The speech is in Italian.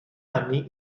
anni